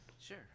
Sure